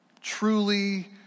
Truly